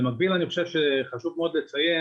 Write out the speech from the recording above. במקביל אני חושב שחשוב לציין